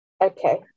okay